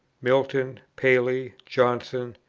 milton, paley, johnson,